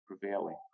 prevailing